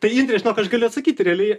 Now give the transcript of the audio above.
tai indre žinok aš galiu atsakyti realiai